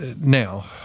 now